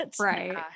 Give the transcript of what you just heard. Right